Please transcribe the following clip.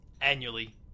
Annually